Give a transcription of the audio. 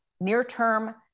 near-term